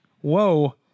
Whoa